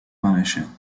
maraîchère